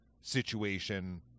situation